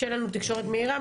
שיהיה לנו תקשורת מהירה.